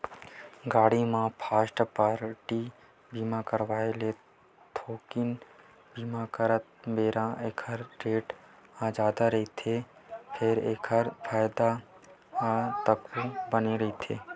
गाड़ी म first party बीमा करवाय ले थोकिन बीमा करत बेरा ऐखर रेट ह जादा रहिथे फेर एखर फायदा ह तको बने रहिथे